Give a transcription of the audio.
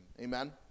Amen